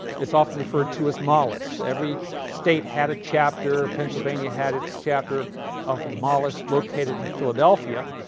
its often referred to as mollus. every state had a chapter. pennsylvania had its chapter ah for the mollus located in philadelphia.